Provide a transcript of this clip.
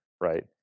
right